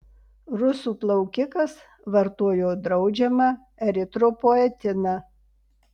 rusų plaukikas vartojo draudžiamą eritropoetiną